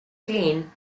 klein